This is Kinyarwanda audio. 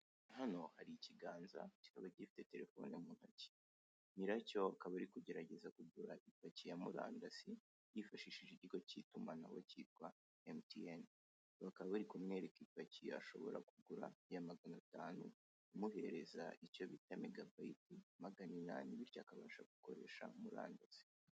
Hano hari ikiganza, kikaba gifite telefoni mu ntoki, nyiracyo akaba ari kugerageza kugura ipaki ya murandasi yifashishije ikigo cy'itumanaho cyitwa Emutiyeni. Bakaba bari kumwereka ipaki ashobora kugura ya magana atanu, imuhereza icyo bita megabayiti magana inani, bityo akabasha gukoresha murandasi.